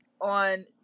on